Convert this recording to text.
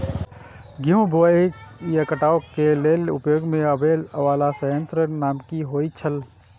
गेहूं बुआई आ काटय केय लेल उपयोग में आबेय वाला संयंत्र के नाम की होय छल?